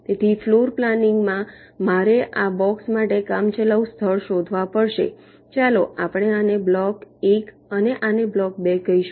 તેથી floor planning માં મારે આ બ્લોક્સ માટે કામચલાઉ સ્થળ શોધવા પડશે ચાલો આપણે આને બ્લોક 1 અને આને બ્લોક ને 2 કહીશું